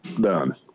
Done